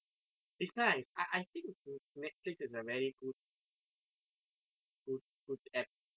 it's nice I I think Netflix is a very good good good app